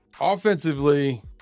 Offensively